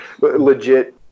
legit